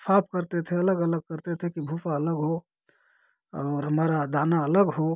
साफ करते थे अलग अलग करते थे कि भूसा अलग हो और हमारा दाना अलग हो